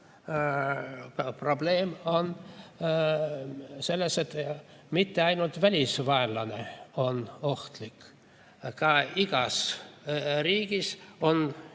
probleem on selles, et mitte ainult välisvaenlane ei ole ohtlik, vaid igas riigis ja